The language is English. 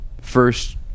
first